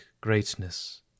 greatness